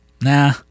Nah